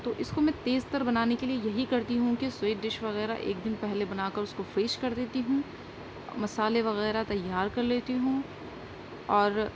تو اس کو میں تیز تر بنانے کے لیے یہی کرتی ہوں کہ سویٹ ڈش وغیرہ ایک دن پہلے بنا کر اس کو فریش کر دیتی ہوں اور مسالے وغیرہ تیار کر لیتی ہوں اور